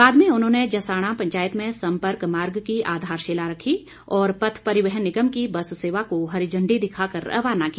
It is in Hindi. बाद में उन्होंने जसाणा पंचायत में सम्पर्क मार्ग की आधारशिला रखी और पथ परिवहन निगम की बस सेवा को हरी झंडी दिखाकर रवाना किया